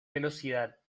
velocidad